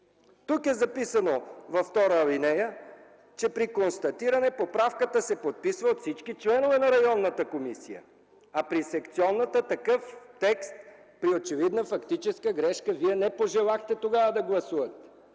2 е записано, че при констатиране поправката се подписва от всички членове на районната комисия, а при секционната такъв текст при очевидна фактическа грешка вие не пожелахте да гласувате.